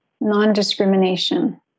non-discrimination